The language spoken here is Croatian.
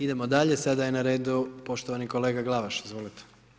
Idemo dalje, sada je na redu poštovani kolega Glavaš, izvolite.